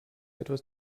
etwas